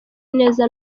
neza